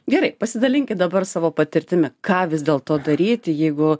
gerai pasidalinkit dabar savo patirtimi ką vis dėlto daryti jeigu